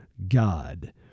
God